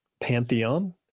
Pantheon